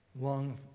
Long